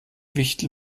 wichtel